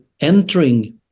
entering